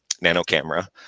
nano-camera